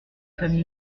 femmes